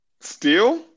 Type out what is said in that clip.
Steal